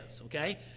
okay